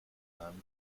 einem